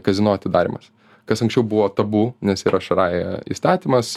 kazino atidarymas kas anksčiau buvo tabu nes yra šaraje įstatymas